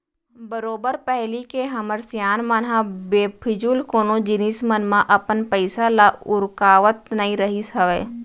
बरोबर पहिली के हमर सियान मन ह बेफिजूल कोनो जिनिस मन म अपन पइसा ल उरकावत नइ रहिस हावय